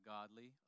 Godly